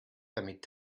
damit